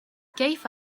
كيف